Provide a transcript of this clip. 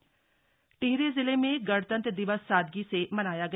गणतंत्र दिवस टिहरी टिहरी जिले में गणतंत्र दिवस सादगी से मनाया गया